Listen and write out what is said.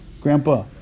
Grandpa